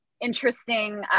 interesting